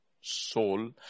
soul